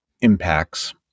impacts